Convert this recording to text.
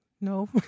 No